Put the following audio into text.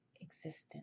existence